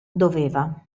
doveva